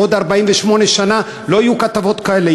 בעוד 48 שנה לא יהיו כתבות כאלה,